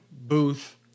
Booth